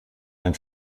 ein